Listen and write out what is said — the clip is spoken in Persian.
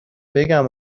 بگم